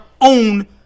own